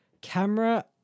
camera